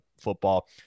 football